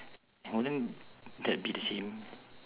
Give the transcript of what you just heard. wouldn't that be the same